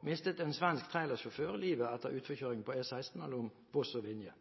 mistet en svensk trailersjåfør livet etter en utforkjøring på E16 mellom Voss og Vinje.